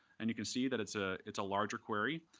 and you can see that it's ah it's a larger query.